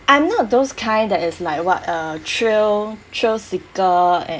I'm not those kind that is like what uh thrill thrill seeker